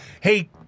Hey